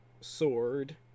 sword